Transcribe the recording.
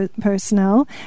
personnel